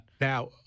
now